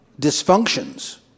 dysfunctions